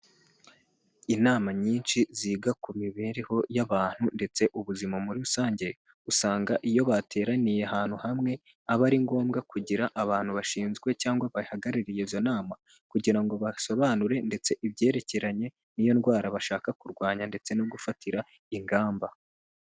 Inama nyinshi ziga ku mibereho y'abantu ndetse ubuzima muri rusange, usanga iyo bateraniye ahantu hamwe aba ari ngombwa kugira abantu bashinzwe cyangwa bahagarariye izo nama kugira ngo basobanure ndetse ibyerekeranye n'iyo ndwara bashaka kurwanya ndetse no gufatira ingamba.